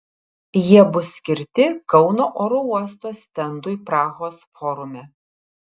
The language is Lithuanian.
jie bus skirti kauno oro uosto stendui prahos forume